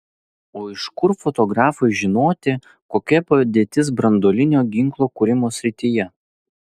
o iš kur fotografui žinoti kokia padėtis branduolinio ginklo kūrimo srityje